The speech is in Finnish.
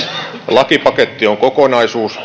lakipaketti on kokonaisuus